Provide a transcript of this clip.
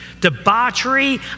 debauchery